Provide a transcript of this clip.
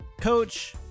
coach